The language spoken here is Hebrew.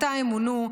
מתי הם מונו,